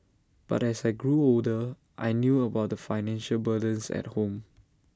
but as I grew older I knew about the financial burdens at home